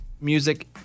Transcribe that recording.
music